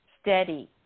steady